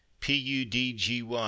PUDGY